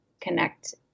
connect